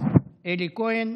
חיים כץ, אלי כהן,